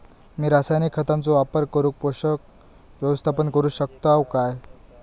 मी रासायनिक खतांचो वापर करून पोषक व्यवस्थापन करू शकताव काय?